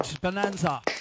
Bonanza